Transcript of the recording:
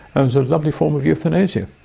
um so lovely form of euthanasia.